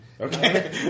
Okay